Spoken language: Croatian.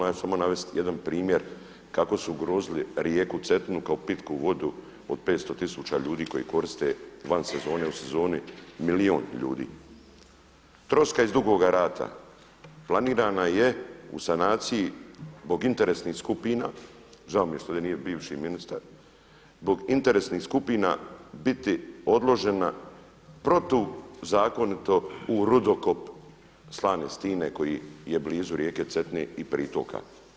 Ja ću samo navesti jedan primjer kako su ugrozili rijeku Cetinu kao pitku vodu od 500 tisuća ljudi koji koriste van sezone, u sezoni milijun ljudi. … iz Drugog svjetskog rata planirana je u sanaciji zbog interesnih skupina, žao mi je što nije ovdje bivši ministar, zbog interesnih skupina biti odložena protuzakonito u rudokop Slane stine koji je blizu rijeke Cetine i pritoka.